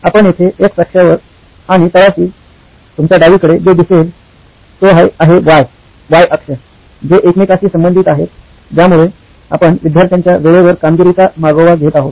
आपण येथे एक्स अक्षावर एक्स अक्षावर आणि तळाशी आणि तुमच्या डावीकडे जे दिसेल तो आहे वाय अक्ष जे एकमेकांशी संबंधित आहेत ज्यामुळे आपण विद्यार्थ्यांच्या वेळेवर कामगिरीचा मागोवा घेत आहात